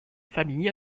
famille